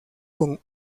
con